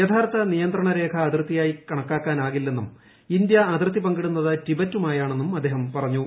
യഥാർത്ഥ നിയന്ത്രണ രേഖ അതിർത്തിയായി കണക്കാക്കാനാകില്ലെന്നും ഇന്ത്യ അതിർത്തി പങ്കിടുന്നത് ടിബറ്റുമായാണെന്നും അദ്ദേഹം പറഞ്ഞു